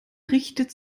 richtet